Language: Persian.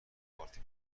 پارتی